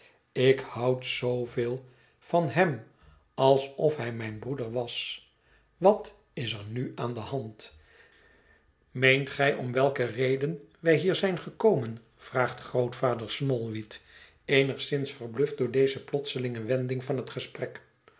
ik houd zooveel van hem alsof hij mijn broeder was wat is er nu aan de hand meent gij om welke reden wij hier zijn gekomen vraagt grootvader smallweed eenigszins verbluft door deze plotselinge wending van het gesprek